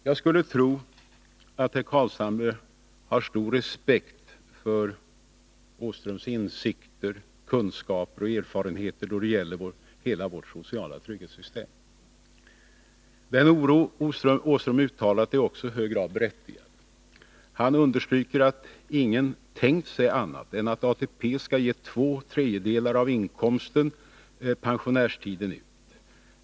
Jag skulle tro att herr Carlshamre har stor respekt för Lars-Åke Åströms insikter, kunskaper och erfarenheter då det gäller hela vårt sociala trygghetssystem. Den oro herr Åström har uttalat är också i hög grad berättigad. Han understryker att ingen tänkt sig annat än att ATP skall ge två tredjedelar av inkomsten pensionärstiden ut.